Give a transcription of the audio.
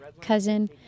cousin